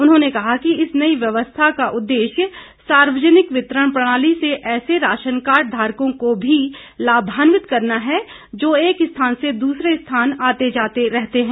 उन्होंने कहा कि इस नई व्यवस्था का उद्देश्य सार्वजनिक वितरण प्रणाली से ऐसे राशन कार्ड धारकों को भी लाभान्वित करना है जो एक स्थान से दूसरे स्थान आते जाते रहते हैं